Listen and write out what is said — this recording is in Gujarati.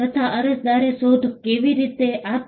તથા અરજદારે શોધ કેવી રીતે આપી